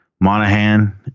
Monahan